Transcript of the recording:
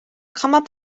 камап